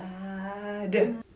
bad